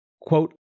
Quote